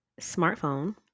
smartphone